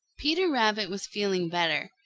peter rabbit was feeling better.